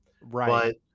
right